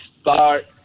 start